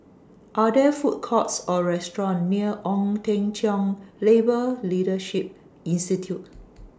Are There Food Courts Or restaurants near Ong Teng Cheong Labour Leadership Institute